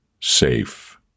safe